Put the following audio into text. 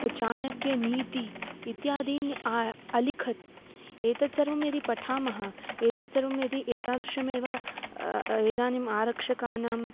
चाणक्यनीतिः इत्यादीन् अलिखत् एतत् सर्वं यदि पठामः एतत् सर्वं यदि एतादृशमेव इदानीम् आरक्षकाणां